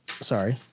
sorry